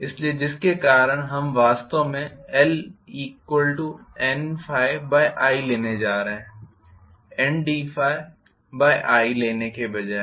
इसलिए जिसके कारण हम वास्तव में LN∅i लेने जा रहे हैं Nd∅i लेने के बजाय